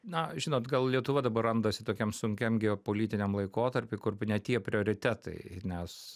na žinot gal lietuva dabar randasi tokiam sunkiam geopolitiniam laikotarpy kur ne tie prioritetai nes